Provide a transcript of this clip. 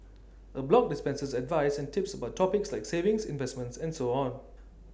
A blog dispenses advice and tips about topics like savings investments and so on